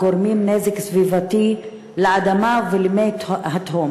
גורמים נזק סביבתי לאדמה ולמי התהום